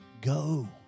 go